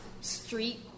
street